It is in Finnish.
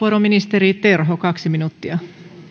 ministeri terholle kaksi minuuttia